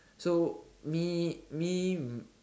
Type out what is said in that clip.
so me me